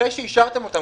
אחרי שאישרתם אותם,